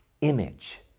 image